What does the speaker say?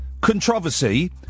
controversy